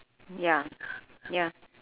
ya ya